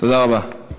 תודה רבה.